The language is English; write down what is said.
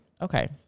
Okay